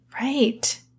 right